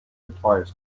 applies